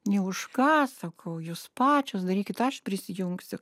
nė už ką sakau jūs pačios darykit aš prisijungsiu